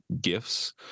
gifts